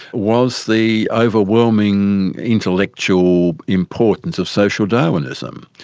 was the overwhelming intellectual importance of social darwinism.